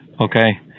okay